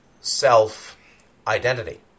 self-identity